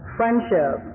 friendship